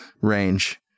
range